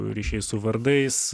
ryšiai su vardais